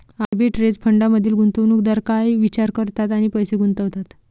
Arbitrage फंडांमधील गुंतवणूकदार काय विचार करतात आणि पैसे गुंतवतात?